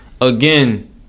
again